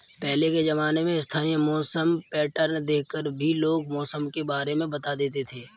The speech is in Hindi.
पहले के ज़माने में स्थानीय मौसम पैटर्न देख कर भी लोग मौसम के बारे में बता देते थे